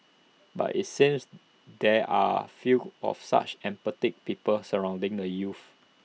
but IT seems there are few of such empathetic people surrounding the youths